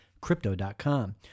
Crypto.com